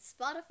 Spotify